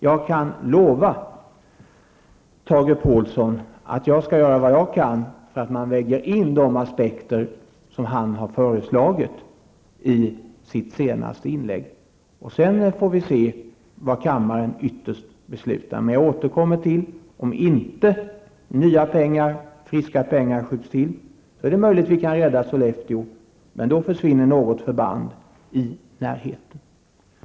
Jag kan lova Tage Påhlsson att jag skall göra vad jag kan för att man väger in de aspekter som han har föreslagit i sitt senaste inlägg. Sedan får vi se vad kammaren ytterst beslutar. Om nya friska pengar skjuts till är det möjligt att vi kan rädda Sollefteå. Annars försvinner något annat förband i närheten.